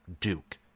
Duke